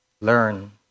learn